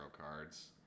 cards